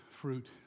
fruit